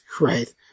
right